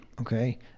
Okay